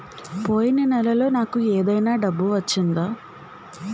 పోయిన నెలలో నాకు ఏదైనా డబ్బు వచ్చిందా?